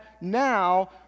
now